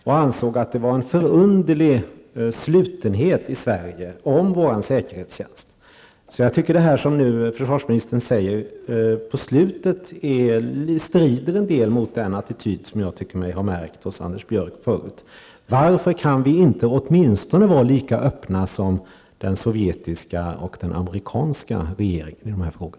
Han ansåg att det föreligger en förunderlig slutenhet i Jag tycker att det som försvarsministern sade på slutet strider en del mot den attityd som jag tycker mig ha märkt hos Anders Björck förut. Varför kan vi åtminstone inte vara lika öppna som den sovjetiska och amerikanska regeringen i dessa frågor?